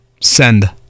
send